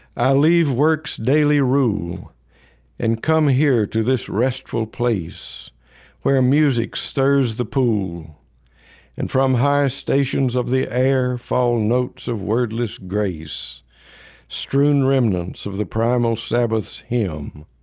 i leave work's daily rule and come here to this restful place where music stirs the pool and from high stations of the air fall notes of wordless grace strewn remnants of the primal sabbath's hymn